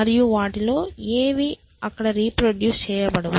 మరియు వాటిలో ఏవీ అక్కడ రీప్రొడ్యూస్ చేయబడవు